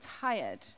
tired